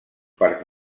parcs